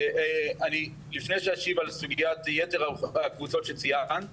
ולפני שאשיב על סוגיית יתר הקבוצות שציינת,